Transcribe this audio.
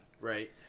Right